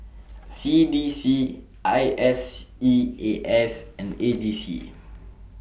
C D C IS E A S and A G C